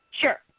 Sure